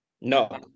No